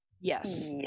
Yes